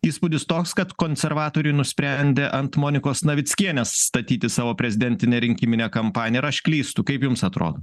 įspūdis toks kad konservatoriai nusprendė ant monikos navickienės statyti savo prezidentinę rinkiminę kampaniją ar aš klystu kaip jums atrodo